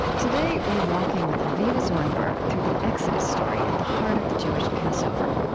today, we're walking with avivah zornberg through the exodus story at the heart of the jewish passover.